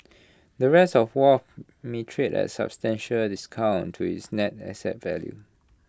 the rest of wharf may trade at substantial A discount to its net asset value